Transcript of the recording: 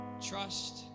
Trust